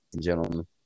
gentlemen